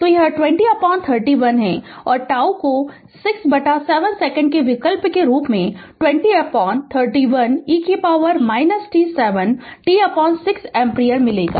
तो यह 2031 है और τ को 6 बटा 7 सेकंड के विकल्प के रूप में 2031 e t 7 t6 एम्पीयर मिलेगा